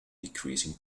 decreasing